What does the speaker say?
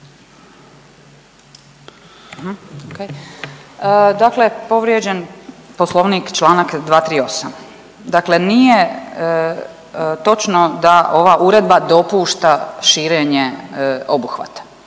Dakle povrijeđen poslovnik, čl. 238., dakle nije točno da ova uredba dopušta širenje obuhvata.